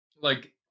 like-